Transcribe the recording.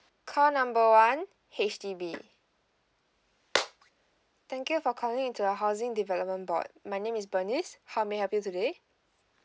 call number one H_D_B thank you for calling into the housing development board my name is bernice how may I help you today